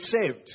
saved